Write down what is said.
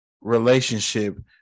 relationship